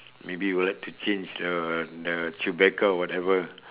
maybe you would like to change the the chewbacca or whatever